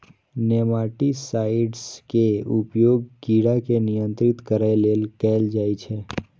nematicides के उपयोग कीड़ा के नियंत्रित करै लेल कैल जाइ छै